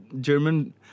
German